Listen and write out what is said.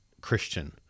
Christian